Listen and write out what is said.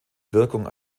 wirkung